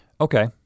Okay